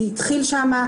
זה התחיל שם,